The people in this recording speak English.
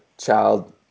child